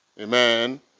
Amen